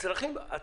מה